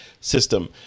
system